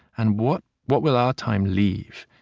and what what will our time leave?